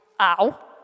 ow